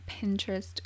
Pinterest